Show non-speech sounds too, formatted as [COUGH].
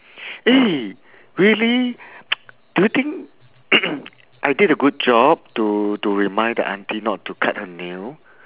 eh really [NOISE] do you think [COUGHS] I did a good job to to remind the aunty not to cut her nail